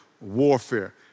warfare